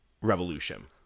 Revolution